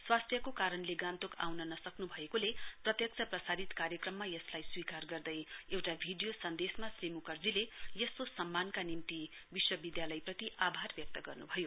स्वास्थ्यको कारणले गान्तोक आउन नसक्न् भएकोले प्रत्यक्ष प्रसारित कार्यक्रममा यसलाई स्वीकार गर्दै एउटा भिडियो सन्देशमा श्री म्कर्जीले यस्तो सम्मानका निम्ति विश्वविद्यालयप्रति आभार व्यक्त गर्न्भयो